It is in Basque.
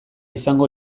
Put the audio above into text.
izango